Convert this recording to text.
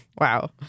Wow